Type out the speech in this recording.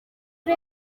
ari